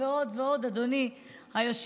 ועוד ועוד ועוד, אדוני היושב-ראש.